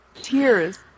Tears